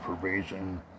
probation